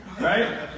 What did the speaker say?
right